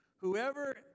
Whoever